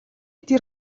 тэр